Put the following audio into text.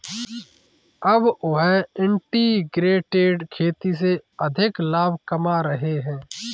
अब वह इंटीग्रेटेड खेती से अधिक लाभ कमा रहे हैं